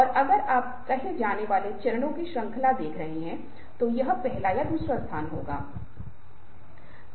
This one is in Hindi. और हम इन सबसे पहले विस्तार से काम करेंगे जब मैं आपको यह तस्वीरें दिखाऊंगा तो आप इस तस्वीर को डाउनलोड करेंगे और उन तस्वीरों को देखेंगे और इसका मतलब निकालने की कोशिश करेंगे